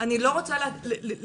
לא רוצה לתקוף,